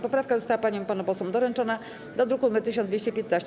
Poprawka została paniom i panom posłom doręczona do druku nr 1215.